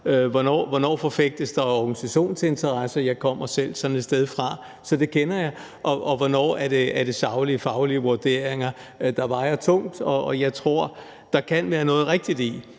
hvornår der forfægtes organisationsinteresse – jeg kommer selv sådan et sted fra, så det kender jeg – og hvornår det er saglige og faglige vurderinger, der vejer tungest. Jeg tror, der kan være noget rigtigt i,